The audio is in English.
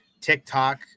TikTok